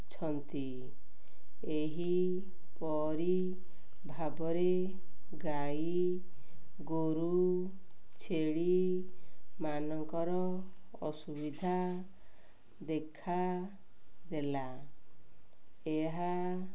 ଅଛନ୍ତି ଏହିପରି ଭାବରେ ଗାଈଗୋରୁ ଛେଳିମାନଙ୍କର ଅସୁବିଧା ଦେଖ ଦେଲା ଏହା